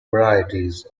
varieties